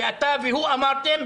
אתה והוא אמרתם,